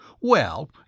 Well